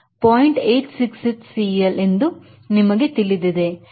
866CL ಎಂದು ನಿಮಗೆ ತಿಳಿದಿದೆ